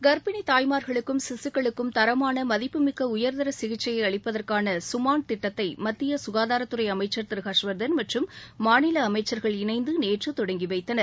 கர்ப்பிணி தாய்மார்களுக்கும் சிகக்களுக்கும் தரமான மதிப்புமிக்க உயர்தர சிகிச்சையை அளிப்பதற்கான கமான் திட்டத்தை மத்திய ககாதாரத்துறை அமச்சர் திரு ஹர்ஷ்வர்தன் மற்றும் மாநில அமைச்சர்கள் இணைந்து நேற்று தொடங்கிவைத்தனர்